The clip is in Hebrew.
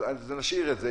בסדר, אז נשאיר את זה.